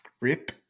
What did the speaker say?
Rip